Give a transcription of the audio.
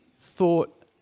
thought